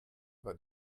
war